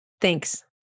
Thanks